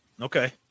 Okay